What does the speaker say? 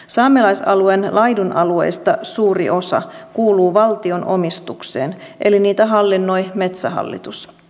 saamelaisalueen laidunalueista suuri osa kuuluu valtion omistukseen eli niitä hallinnoi metsähallitus